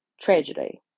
tragedy